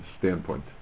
standpoint